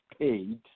paid